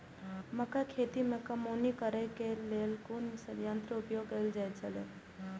मक्का खेत में कमौनी करेय केय लेल कुन संयंत्र उपयोग कैल जाए छल?